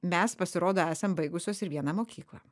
mes pasirodo esam baigusios ir vieną mokyklą